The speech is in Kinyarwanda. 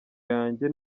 yanjye